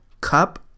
cup